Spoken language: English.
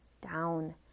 down